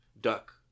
Duck